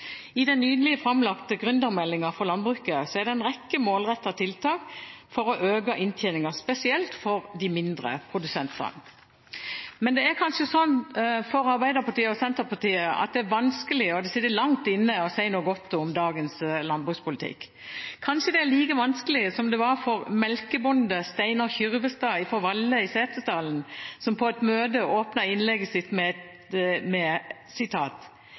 I den nylig framlagte gründermeldingen for landbruket er det en rekke målrettede tiltak for å øke inntjeningen, spesielt for de mindre produsentene. Men det er kanskje sånn for Arbeiderpartiet og Senterpartiet at det er vanskelig, og at det sitter langt inne, å si noe godt om dagens landbrukspolitikk. Kanskje det er like vanskelig som det var for melkebonde Steinar Kyrvestad fra Valle i Setesdalen, som på et møte åpnet innlegget sitt med: